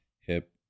hip